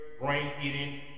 brain-eating